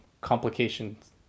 complications